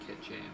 kitchen